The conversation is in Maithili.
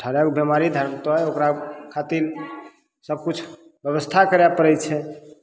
अठारह गो बीमारी धरतऽ ओकरा खातिर सब किछु व्यवस्था करय पड़य छै